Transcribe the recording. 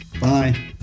Bye